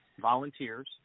volunteers